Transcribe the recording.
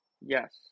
Yes